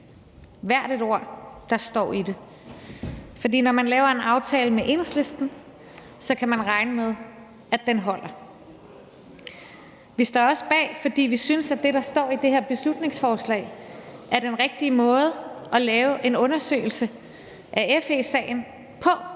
hvert et ord, der står i det, for når man laver en aftale med Enhedslisten, kan man regne med, at den holder. Vi står også bag det, fordi vi synes, at det, der står i det her beslutningsforslag, er den rigtige måde at lave en undersøgelse af FE-sagen på.